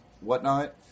whatnot